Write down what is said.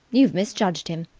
you've misjudged him.